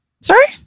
Sorry